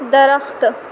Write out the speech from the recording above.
درخت